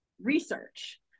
research